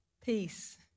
Peace